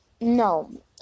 No